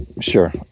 Sure